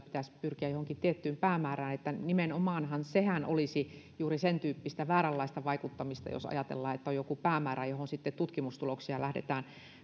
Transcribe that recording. pitäisi pyrkiä johonkin tiettyyn päämäärään nimenomaan sehän olisi juuri sentyyppistä vääränlaista vaikuttamista jos ajatellaan että on joku päämäärä johon sitten tutkimustuloksia lähdetään